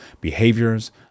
behaviors